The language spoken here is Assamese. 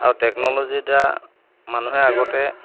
আৰু টেকন'লজিৰ দ্বাৰা মানুহে আগতে